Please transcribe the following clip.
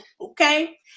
okay